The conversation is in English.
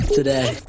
today